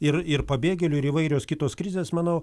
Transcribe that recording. ir ir pabėgėlių ir įvairios kitos krizės manau